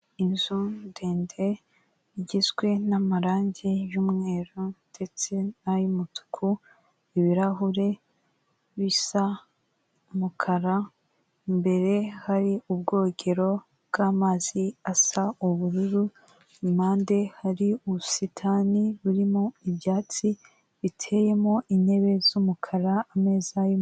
Inzu ndende igizwe n'amarangi y'umweru ndetse n'ay'umutuku, ibirahure bisa umukara, imbere hari ubwogero bw'amazi asa ubururu, impande hari ubusitani burimo ibyatsi bitemo intebe z'umukara ameza yumu.